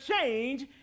change